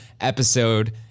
episode